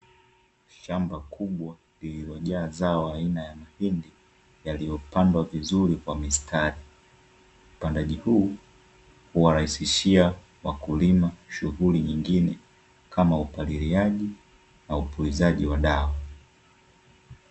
Shamba kubwa lililojaa zao aina ya mahindi yaliyopandwa vizuri kwa mistari. Upandaji huu huwarahisishia wakulima shughuli nyingine kama upaliliaji na upulizaji wa dawa.